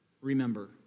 remember